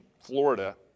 Florida